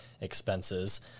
expenses